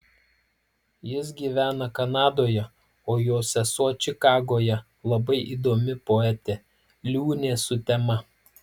jis gyvena kanadoje o jo sesuo čikagoje labai įdomi poetė liūnė sutema